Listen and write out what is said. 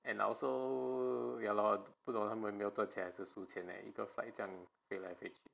and I also ya lor 不懂他们有没有赚钱了还是输钱 leh 一个 flight 这样飞来飞去